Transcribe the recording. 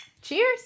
cheers